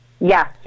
yes